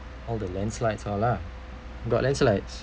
all the landslides all lah got landslides